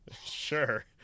Sure